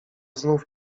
znów